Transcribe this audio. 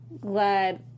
glad